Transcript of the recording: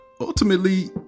ultimately